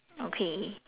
okay